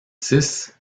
six